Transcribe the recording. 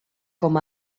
com